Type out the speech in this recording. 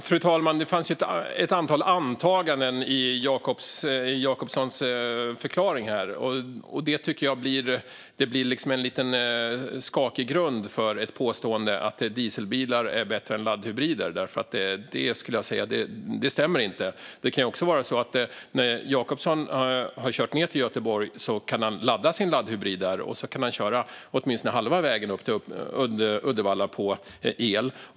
Fru talman! Det fanns ett antal antaganden i Jacobssons förklaring, och jag tycker att det blir en lite skakig grund för påståendet att dieselbilar är bättre än laddhybrider. Jag skulle nämligen säga att det inte stämmer. När Jacobsson har kört ned till Göteborg skulle han också kunna ladda sin laddhybrid där, och sedan kan han köra åtminstone halva vägen upp till Uddevalla på el.